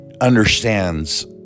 understands